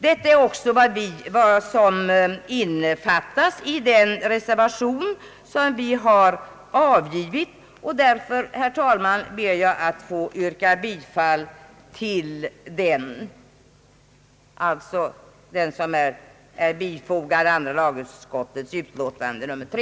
Herr talman, jag ber att få yrka bifall till den reservation som är fogad till andra lagutskottets utlåtande nr 3.